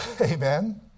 Amen